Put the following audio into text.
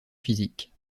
physique